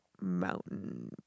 Mountain